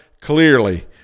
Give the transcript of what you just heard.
clearly